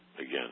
again